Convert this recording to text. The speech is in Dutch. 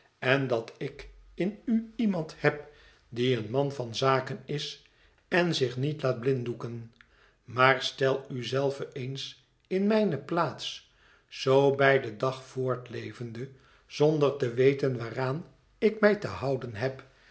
en dat ik in u iemand heb die een man van zaken is en zich niet laat blinddoeken maar stel u zelven eens in mijne plaats zoo bij den dag voortlevende zonder te weten waaraan ik mij te houden heb